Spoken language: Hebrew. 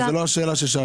אבל זאת לא השאלה ששאלתי.